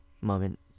moment